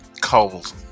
cold